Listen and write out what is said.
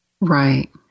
Right